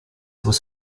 was